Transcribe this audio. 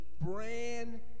brand